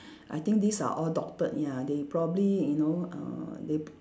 I think these are all doctored ya they probably you know uh they p~